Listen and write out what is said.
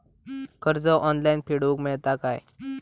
कर्ज ऑनलाइन फेडूक मेलता काय?